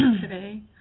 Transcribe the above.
today